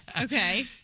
Okay